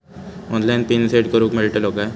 Online pin set करूक मेलतलो काय?